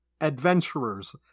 adventurers